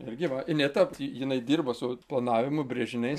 irgi va ineta tai jinai dirba su planavimu brėžiniais